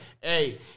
hey